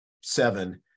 seven